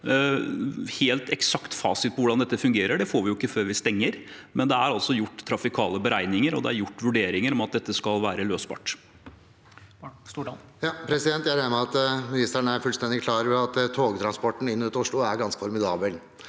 Helt eksakt fasit på hvordan dette fungerer, får vi ikke før vi stenger, men det er gjort trafikale beregninger, og det er gjort vurderinger om at dette skal være løsbart. Morten Stordalen (FrP) Jeg regner med at ministeren er fullstendig klar over at togtransporten inn og ut av Oslo er ganske formidabel.